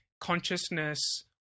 consciousness